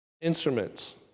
instruments